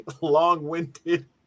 long-winded